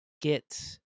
get